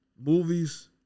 Movies